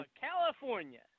California